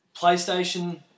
PlayStation